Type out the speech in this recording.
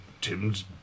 Tim's